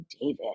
David